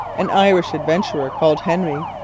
an irish adventurer called henry,